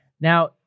now